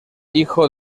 hijo